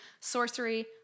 sorcery